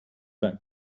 back